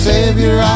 Savior